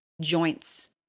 joints